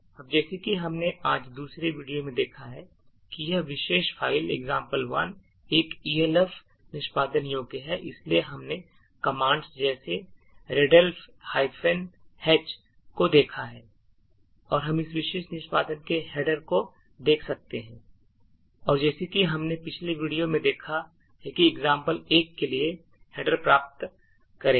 अब जैसा कि हमने आज दूसरे वीडियो में देखा है कि यह विशेष फ़ाइल example1 एक Elf निष्पादन योग्य है इसलिए हमने commands जैसे readelf H को देखा है और हम इस विशेष निष्पादन के header को देख सकते हैं और जैसा कि हमने पिछले वीडियो में देखा है example1 के लिए header प्राप्त करेगा